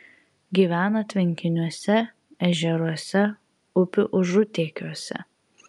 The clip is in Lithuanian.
gyvena tvenkiniuose ežeruose upių užutėkiuose